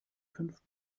fünf